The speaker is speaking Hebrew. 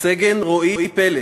סגן רועי פלס,